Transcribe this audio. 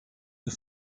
the